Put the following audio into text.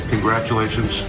Congratulations